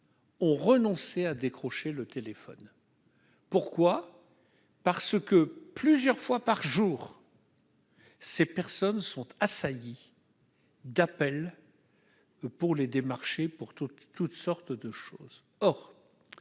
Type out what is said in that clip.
ont renoncé à décrocher leur téléphone. Pourquoi ? Parce que, plusieurs fois par jour, elles sont assaillies d'appels pour les démarcher pour toutes sortes de choses.